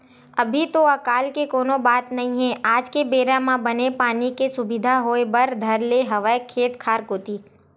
अभी तो अकाल के कोनो बात नई हे आज के बेरा म बने पानी के सुबिधा होय बर धर ले हवय खेत खार कोती